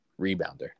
rebounder